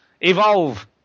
Evolve